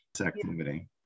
activity